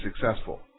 successful